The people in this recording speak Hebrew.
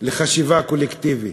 לחשיבה קולקטיבית?